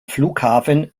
flughafen